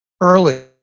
early